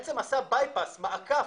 עניין של מספר